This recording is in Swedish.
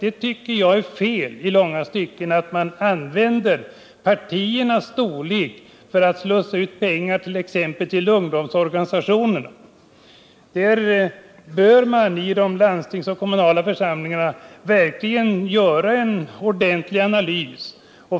Jag tycker att det i långa stycken är fel att man använder partiernas storlek för att slussa pengar till exempelvis ungdomsorganisationerna. Man bör i landstingsoch de kommunala församlingarna verkligen göra en ordentlig analys.